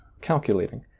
calculating